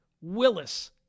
Willis